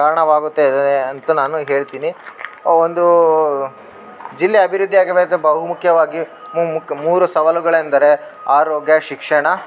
ಕಾರಣವಾಗುತ್ತೆ ಅಂತ ನಾನು ಹೇಳ್ತೀನಿ ಒಂದು ಜಿಲ್ಲೆ ಅಭಿವೃದ್ದಿಯಾಗಬೇಕು ಬಹುಮುಖ್ಯವಾಗಿ ಮುಕ್ ಮೂರು ಸವಾಲುಗಳೆಂದರೆ ಆರೋಗ್ಯ ಶಿಕ್ಷಣ